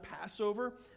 Passover